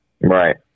Right